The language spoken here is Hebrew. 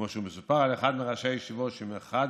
כמו שמסופר על אחד מראשי הישיבות שאחד